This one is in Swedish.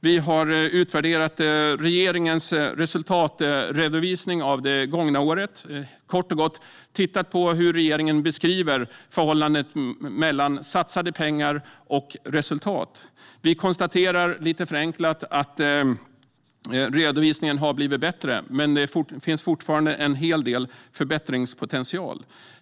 Vi har utvärderat regeringens resultatredovisning av det gångna året; vi har kort och gott tittat på hur regeringen beskriver förhållandet mellan satsade pengar och resultat. Vi konstaterar lite förenklat att redovisningen har blivit bättre, men det finns fortfarande en hel del förbättringspotential.